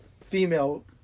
female